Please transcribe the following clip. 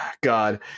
God